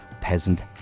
Peasant